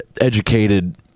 educated